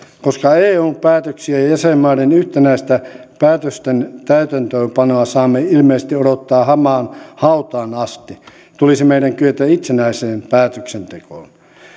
koska eun päätöksiä ja jäsenmaiden yhtenäistä päätösten täytäntöönpanoa saamme ilmeisesti odottaa hamaan hautaan asti tulisi meidän kyetä itsenäiseen päätöksentekoon